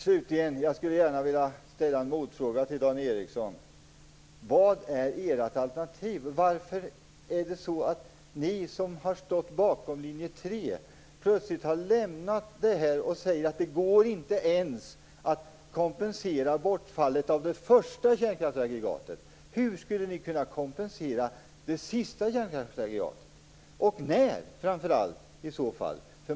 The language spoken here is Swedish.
Slutligen skulle jag gärna vilja ställa en motfråga till Dan Ericsson. Vad är ert alternativ? Varför har ni, som stod bakom linje 3, plötsligt lämnat det här? Varför säger ni att det inte ens går att kompensera bortfallet av energi från det första kärnkraftsaggregatet? Hur skall ni då kunna kompensera bortfallet från det sista kärnkraftsaggregatet? Och framför allt: När, i så fall?